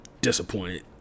disappointed